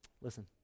Listen